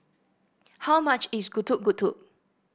how much is Getuk Getuk